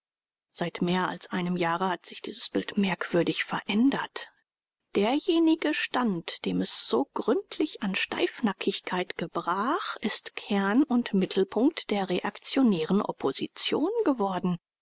seit mehr als einem jahre hat sich dieses bild merkwürdig verändert derjenige stand dem es so gründlich an steifnackigkeit gebrach ist kern und mittelpunkt der reaktionären opposition geworden